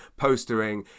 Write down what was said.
postering